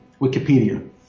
Wikipedia